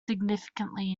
significantly